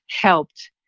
helped